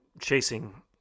chasing